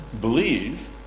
believe